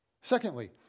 Secondly